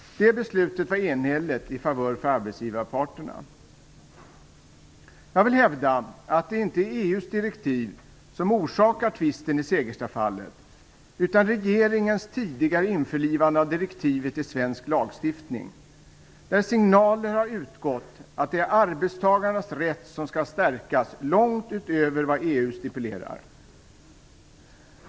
Det beslutet var enhälligt i favör för arbetsgivarparterna. Jag vill hävda att det inte är EU:s direktiv som orsakar tvisten i Segerstafallet utan regeringens tidigare införlivande av direktivet i svensk lagstiftning, där signaler har utgått att det är arbetstagarnas rätt som skall stärkas långt utöver vad EU stipulerar.